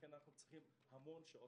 לכן אנחנו צריכים המון שעות,